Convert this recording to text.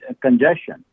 congestion